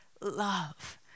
love